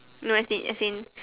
no as in as in